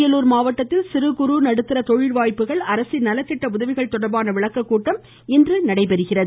அரியலூர் மாவட்டத்தில் சிறுகுறு நடுத்தர தொழில் வாய்ப்புகள் அரசின் நலத்திட்ட உதவிகள் தொடர்பான விளக்கக்கூட்டம் இன்று நடைபெறுகிறது